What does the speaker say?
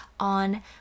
on